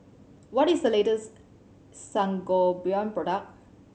what is the latest Sangobion product